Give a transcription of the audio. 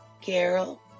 Carol